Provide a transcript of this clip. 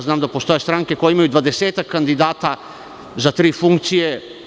Znam da postoje stranke koje imaju 20-ak kandidata za tri funkcije.